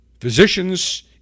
Physicians